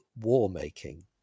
war-making